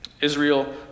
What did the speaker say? Israel